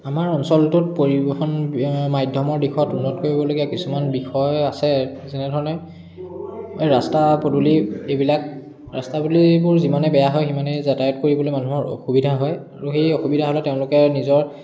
আমাৰ অঞ্চলটোত পৰিবহণ মাধ্যমৰ দিশত উন্নত কৰিবলগীয়া কিছুমান বিষয় আছে যেনেধৰণে এই ৰাস্তা পদূলি এইবিলাক ৰাস্তা পদূলিবোৰ যিমানে বেয়া হয় সিমানে যাতায়ত কৰিবলৈ মানুহৰ অসুবিধা হয় আৰু সেই অসুবিধা হ'লে তেওঁলোকে নিজৰ